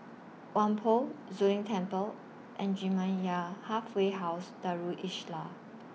Whampoa Zu Lin Temple and Jamiyah Halfway House Darul Islah